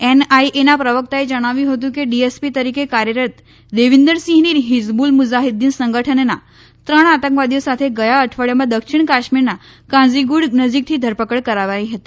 એનઆઇએના પ્રવકતાએ જણાવ્યું હતું કે ડીએસપી તરીકે કાર્યરત દેવીન્દરસિંહની ફીઝબુલ મુઝાહીદૃીન સંગઠનના ત્રણ આતંકવાદીઓ સાથે ગયા અઠવાડીયામાં દક્ષિણ કાશ્મીરના કાઝીગુંડ નજીકથી ધરપકડ કરાઇ હતી